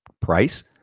price